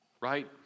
Right